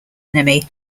enemy